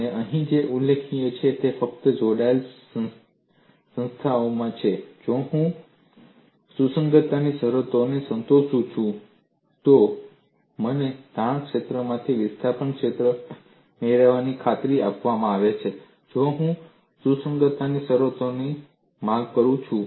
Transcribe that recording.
અને અહીં જે ઉલ્લેખિત છે તે ફક્ત જોડાયેલ સંસ્થાઓમાં છે જો હું સુસંગતતાની શરતોને સંતોષું છું તો મને તાણ ક્ષેત્રમાંથી વિસ્થાપન ક્ષેત્ર મેળવવાની ખાતરી આપવામાં આવે છે જો હું સુસંગતતાની શરતોની માંગ કરું છું